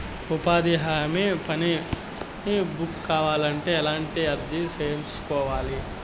ఉపాధి హామీ పని బుక్ కావాలంటే ఎక్కడ అర్జీ సేసుకోవాలి?